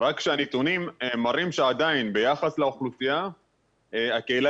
רק שהנתונים מראים שעדיין ביחס לאוכלוסייה הקהילה